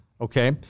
Okay